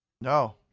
No